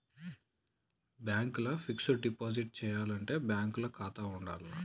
Bank ల fixed deposit చేయాలంటే bank ల ఖాతా ఉండాల్నా?